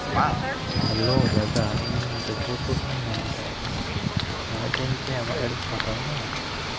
hello ᱫᱟᱫᱟ ᱤᱧ ᱡᱚᱵᱽᱵᱚᱞᱯᱩᱨ ᱠᱷᱚᱱᱟᱜ ᱤᱧ ᱢᱮᱱᱮᱫ ᱛᱟᱦᱮᱱᱟ ᱢᱮᱱᱮᱫ ᱛᱟᱦᱮᱱᱤᱧ ᱟᱢᱟᱜ ᱜᱟᱹᱰᱤ ᱯᱷᱟᱸᱠᱟ ᱢᱮᱱᱟᱜᱼᱟ